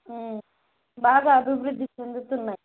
బాగా అభివృద్ది చెందుతున్నాయి